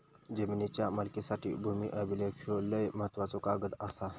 जमिनीच्या मालकीसाठी भूमी अभिलेख ह्यो लय महत्त्वाचो कागद आसा